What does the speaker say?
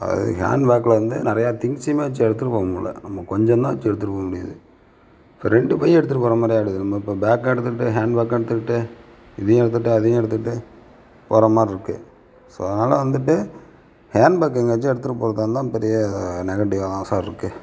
அது ஹேண்ட்பேக்கில் வந்து நிறையா திங்ஸையுமே வச்சு எடுத்துகிட்டு போகமுடில நம்ம கொஞ்சம் தான் வச்சு எடுத்துகிட்டு போகமுடியிது இப்போ ரெண்டு பை எடுத்துகிட்டு போகிறமாரி ஆகிடுது நம்ம இப்போ பேக்கும் எடுத்துக்கிட்டு ஹேண்ட்பேக்கும் எடுத்துக்கிட்டு இதையும் எடுத்துகிட்டு அதையும் எடுத்துகிட்டு போகிறமாரிருக்கு ஸோ அதனால் வந்துட்டு ஹேண்ட்பேக் எங்கையாச்சும் எடுத்துகிட்டு போகிறதா இருந்தால் பெரிய நெகட்டிவாக தான் சார் இருக்குது